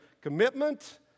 commitment